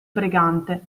brigante